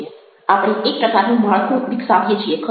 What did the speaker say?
આપણે એક પ્રકારનું માળખું વિકસાવીએ છીએ ખરું